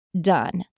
done